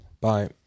Bye